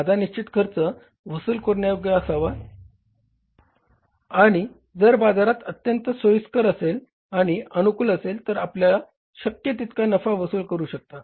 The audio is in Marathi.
माझा निश्चित खर्च वसूल करण्यायोग्य असावा आणि जर बाजार अत्यंत सोयीस्कर असेल आणि अनुकूल असेल तर आपण शक्य तितका नफा वसूल करू शकता